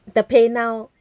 the paynow